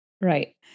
Right